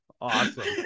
Awesome